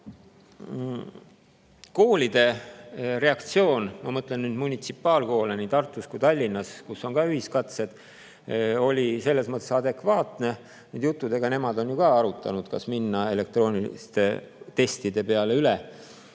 Koolide reaktsioon – ma mõtlen munitsipaalkoole nii Tartus kui Tallinnas, kus on ka ühiskatsed – oli selles mõttes adekvaatne, et nemad on ju ka arutanud, kas minna elektrooniliste testide peale üle.